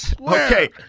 Okay